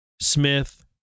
Smith